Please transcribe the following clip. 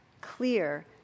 clear